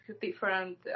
different